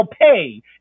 pay